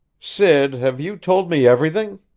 sid, have you told me everything?